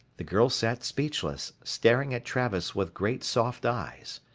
the girl sat speechless, staring at travis with great soft eyes.